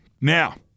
Now